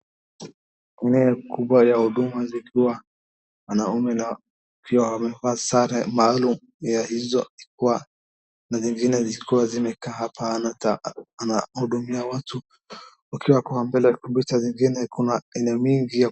Hii ni kubwa la huduma zikiwa wanaume wakiwa wamevaa sare malaumu ya hizo ikiwa kwa na vile zilikuwa zimekaa hapa na huduma ya watu. Wakiwa mbele ya kompyuta zingine kuna mingi ya.